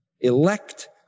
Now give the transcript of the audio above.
elect